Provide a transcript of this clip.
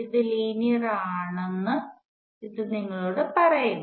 ഇത് ലീനിയർ ആണെന്നു ഇത് നിങ്ങളോട് പറയുന്നു